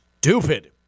stupid